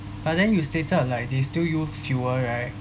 but then you stated like they still use fuel right